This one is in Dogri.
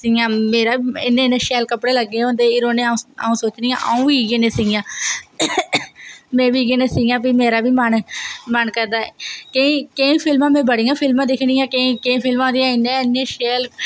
सीआं इन्ने इन्ने शैल कपड़े लग्गे दे होंदे हीरोईनैं अऊं सोचनी आं अऊं बी इयै जेह् सीआं में बी इयै जेह् सीआं मेरा बी मनम करदा कि केईं पिल्मां में बड़ियां फिल्मां दिक्खनी आं बड़ियां